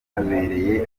abaturage